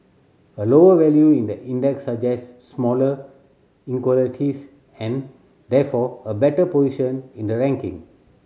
a lower value in the index suggests smaller and therefore a better position in the ranking